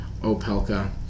Opelka